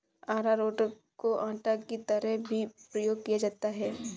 अरारोट को आटा की तरह भी प्रयोग किया जाता है